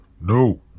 No